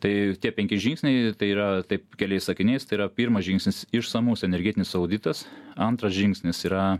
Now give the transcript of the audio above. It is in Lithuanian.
tai tie penki žingsniai tai yra taip keliais sakiniais tai yra pirmas žingsnis išsamus energetinis auditas antras žingsnis yra